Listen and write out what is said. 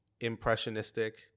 impressionistic